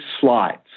slides